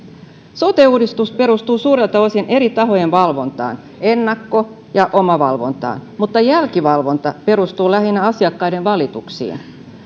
sote uudistus perustuu suurelta osin eri tahojen valvontaan ennakko ja omavalvontaan mutta jälkivalvonta perustuu lähinnä asiakkaiden valituksiin